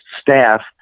staff